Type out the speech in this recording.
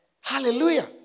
Hallelujah